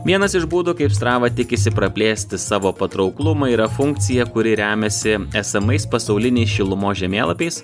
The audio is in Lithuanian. vienas iš būdų kaip strava tikisi praplėsti savo patrauklumą yra funkcija kuri remiasi esamais pasauliniais šilumos žemėlapiais